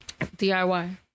DIY